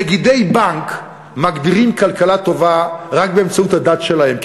נגידי בנק מגדירים כלכלה טובה רק באמצעות הדת שלהם,